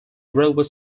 railway